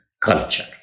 culture